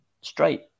straight